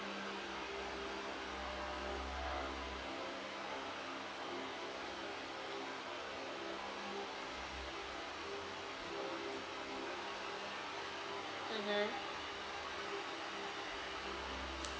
mmhmm